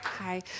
Hi